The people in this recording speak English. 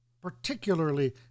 particularly